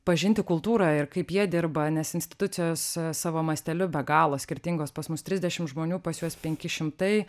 pažinti kultūrą ir kaip jie dirba nes institucijos savo masteliu be galo skirtingos pas mus trisdešim žmonių pas juos penki šimtai